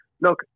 look